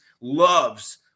loves